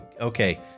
okay